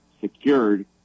secured